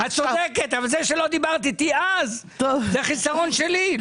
אבל זה שלא דיברת איתי אז, זה חסרון שלי.